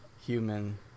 human